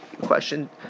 question